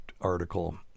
article